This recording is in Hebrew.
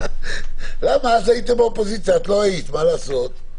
אז הייתם באופוזיציה, את לא היית, מה לעשות.